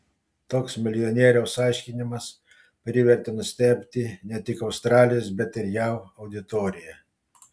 toks milijonieriaus aiškinimas privertė nustebti ne tik australijos bet ir jav auditoriją